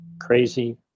crazy